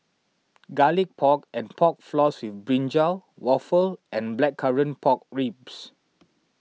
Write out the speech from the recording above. Garlic Pork and Pork Floss with Brinjal Waffle and Blackcurrant Pork Ribs